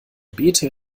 bete